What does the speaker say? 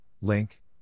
link